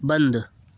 بند